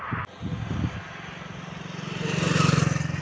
ప్రపంచంలో చేపల ఉత్పత్తిలో భారతదేశం మూడవ స్థానంలో ఉంది